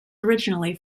originally